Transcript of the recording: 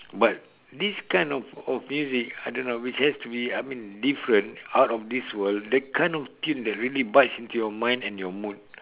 but this kind of of music I don't know which has to be I mean different out of this world the kind of tune that really bites into your mind and your mood